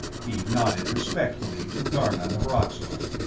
he nodded respectfully to garnon of roxor.